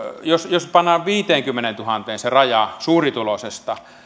jos jos pannaan viiteenkymmeneentuhanteen se raja suurituloisilla